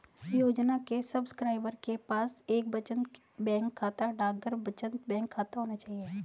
योजना के सब्सक्राइबर के पास एक बचत बैंक खाता, डाकघर बचत बैंक खाता होना चाहिए